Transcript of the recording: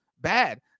bad